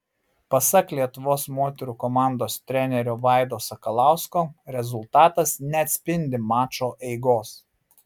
pasak lietuvos moterų komandos trenerio vaido sakalausko rezultatas neatspindi mačo eigos